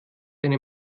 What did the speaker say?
eine